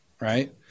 Right